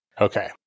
Okay